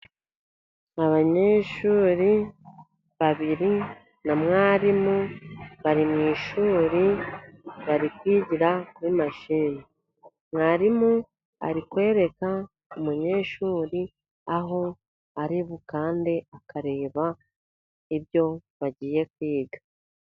Abanyeshuri babiri na mwarimu, bari mu ishuri bari kwigira kuri mashini. Mwarimu ari kwereka umunyeshuri aho ari bukande akareba ibyo bagiye kwiga.